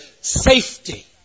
safety